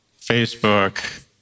Facebook